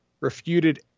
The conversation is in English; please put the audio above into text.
refuted